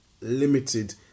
limited